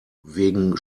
wegen